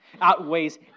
outweighs